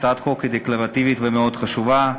הצעת החוק היא דקלרטיבית ומאוד חשובה.